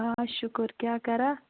آ شُکُر کیٛاہ کران